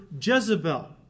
Jezebel